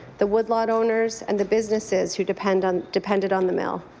the woodlot owners and the businesses who depended on depended on the mill.